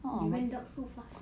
oh you went dark so fast